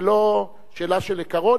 ולא שאלה של עיקרון,